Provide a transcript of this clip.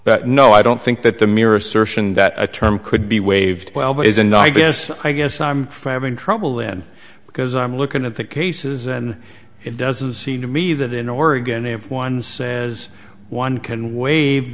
but no i don't think that the mere assertion that a term could be waived twelve is and i guess i guess i'm fab in trouble then because i'm looking at the cases and it doesn't seem to me that in oregon if one says one can waive